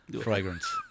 fragrance